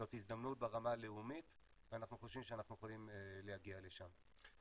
זאת הזדמנות ברמה הלאומית ואנחנו חושבים שאנחנו יכולים להגיע לשם.